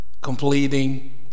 completing